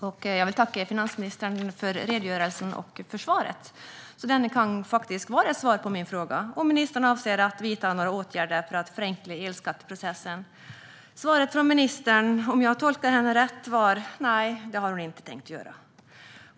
Fru talman! Jag tackar finansministern för redogörelsen och för svaret, som denna gång faktiskt var ett svar på min fråga om huruvida ministern avser att vidta några åtgärder för att förenkla elskatteprocessen. Svaret från ministern, om jag tolkade henne rätt, var att hon inte har tänkt att göra detta.